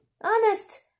Honest